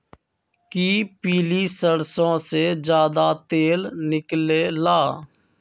कि पीली सरसों से ज्यादा तेल निकले ला?